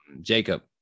Jacob